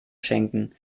schenken